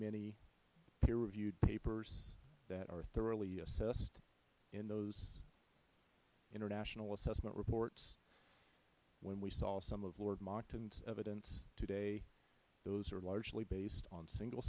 many peer reviewed papers that are thoroughly assessed in those international assessment reports when we saw some of lord monckton's evidence today those are largely based on single